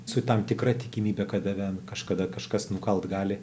su tam tikra tikimybė kad tave kažkada kažkas nukalt gali